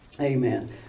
Amen